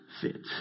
fit